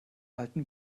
alten